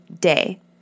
day